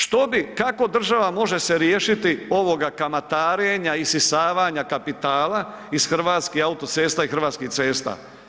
Što bi, kako država može se riješiti ovoga kamatarenja i isisavanja kapitala iz Hrvatskih autocesta i Hrvatskih cesta?